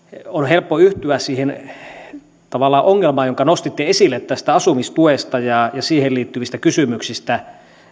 helppo yhtyä siihen tavallaan ongelmaan jonka nostitte esille tästä asumistuesta ja siihen liittyvistä kysymyksistä